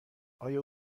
آیا